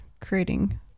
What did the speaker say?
creating